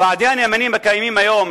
ועדי הנאמנים הקיימים היום,